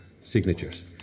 signatures